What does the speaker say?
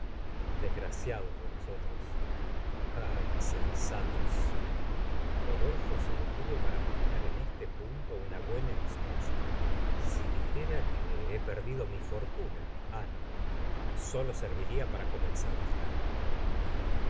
desgraciados de nosotros ah insensatos rodolfo se detuvo para meditar en este punto una buena excusa si dijera que he perdido mi fortuna ah no sólo serviría para comenzar más tarde y